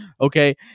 Okay